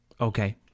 okay